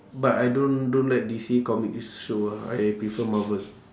but I don't don't like D_C comics show ah I prefer marvel